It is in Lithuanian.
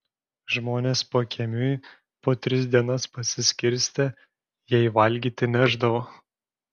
žmonės pakiemiui po tris dienas pasiskirstę jai valgyti nešdavo